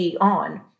on